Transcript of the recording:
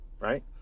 right